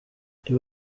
ibi